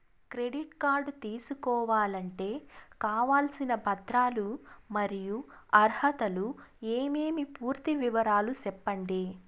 Credit card తీసుకోవాలంటే కావాల్సిన పత్రాలు మరియు అర్హతలు ఏమేమి పూర్తి వివరాలు సెప్పండి?